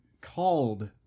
called-